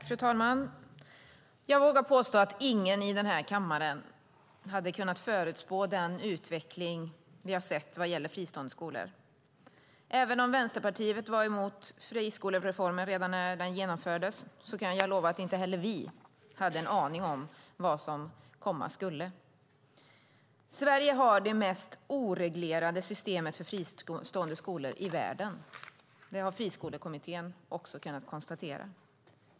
Fru talman! Jag vågar påstå att ingen i den här kammaren hade kunnat förutspå den utveckling vi har sett vad gäller fristående skolor. Även om Vänsterpartiet var emot friskolereformen redan när den genomfördes kan jag lova att inte heller vi hade en aning om vad som komma skulle. Sverige har det mest oreglerade systemet för fristående skolor i världen. Det har Friskolekommittén också kunnat konstatera.